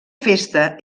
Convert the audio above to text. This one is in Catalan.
festa